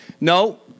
No